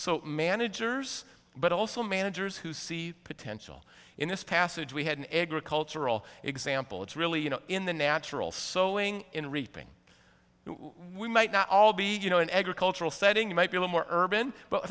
so managers but also managers who see potential in this passage we had an agricultural example it's really you know in the natural sowing and reaping we might not all be you know an agricultural setting might be a lot more urban but i